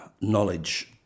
knowledge